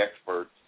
experts